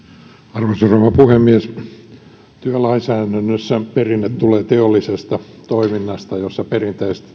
arvoisa rouva puhemies työlainsäädännössä perinne tulee teollisesta toiminnasta jossa perinteisesti